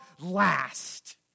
last